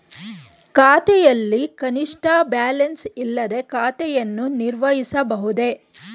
ಖಾತೆಯಲ್ಲಿ ಕನಿಷ್ಠ ಬ್ಯಾಲೆನ್ಸ್ ಇಲ್ಲದೆ ಖಾತೆಯನ್ನು ನಿರ್ವಹಿಸಬಹುದೇ?